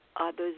others